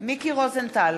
מיקי רוזנטל,